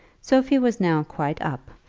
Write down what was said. sophie was now quite up,